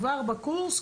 כבר בקורס,